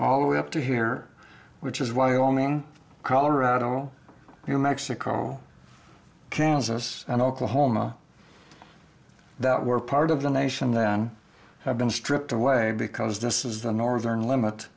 all the way up to here which is wyoming colorado new mexico kansas and oklahoma that we're part of the nation then have been stripped away because this is the northern limit